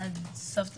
עד סוף דצמבר.